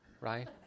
right